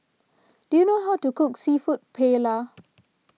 do you know how to cook Seafood Paella